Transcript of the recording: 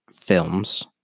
films